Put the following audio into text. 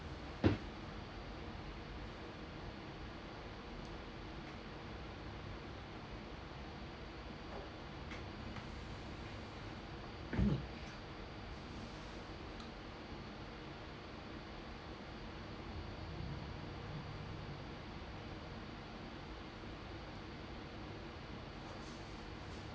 mm